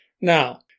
Now